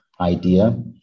idea